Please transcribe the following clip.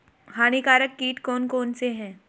हानिकारक कीट कौन कौन से हैं?